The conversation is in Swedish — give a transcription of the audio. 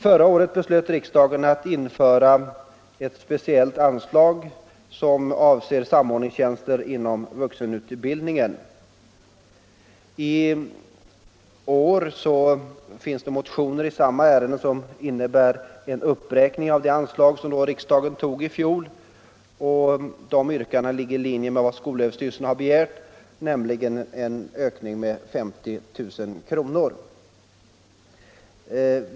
Förra året beslöt riksdagen att införa speciellt anslag som avser samordningstjänster inom vuxenutbildningen. I år finns motioner i samma ärende, som innebär en uppräkning av det anslag som riksdagen beslutade om i fjol. Motionsyrkandena ligger i linje med skolöverstyrelsens begäran, nämligen en ökning med 50 000 kr.